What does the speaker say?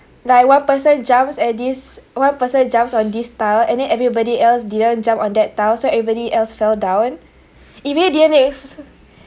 like one person jumps at this one person jumps on this tile and then everybody else didn't jump on that tile so everybody else fell down it really didn't make s~